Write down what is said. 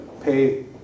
pay